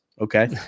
Okay